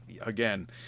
again